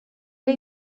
era